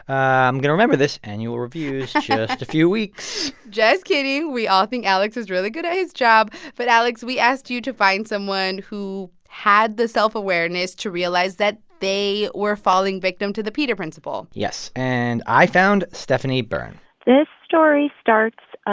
i'm going to remember this. annual review's just a few weeks just kidding. we all think alex is really good at his job. but, alex, we asked you to find someone who had the self-awareness to realize that they were falling victim to the peter principle yes, and i found stephanie beirne this story starts